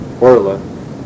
orla